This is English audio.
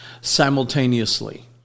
simultaneously